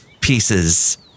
pieces